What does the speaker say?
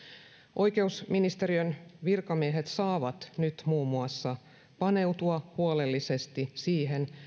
oikeusministeriön virkamiehet saavat nyt paneutua huolellisesti muun muassa siihen